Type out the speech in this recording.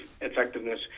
effectiveness